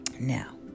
Now